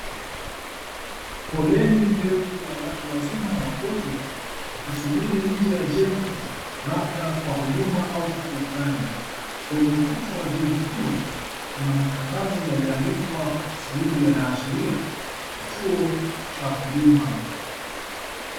Foleni ndefu ya watu wazima na watoto wakisubiri nje ya jengo labda kwa huduma au tukio fulani. Kwenye ukuta wa jengo hilo ,kuna matangazo yaliyoandikwa kwa kiswahili yanaashiria Kituo cha huduma.